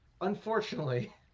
Unfortunately